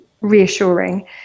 reassuring